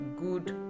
good